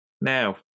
Now